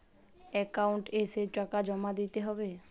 Account এসে টাকা জমা দিতে হবে?